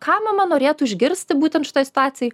ką mama norėtų išgirsti būtent šitoj situacijoj